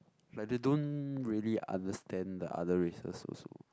like they don't really understand the other races also